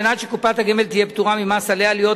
כדי שקופת הגמל תהיה פטורה ממס עליה להיות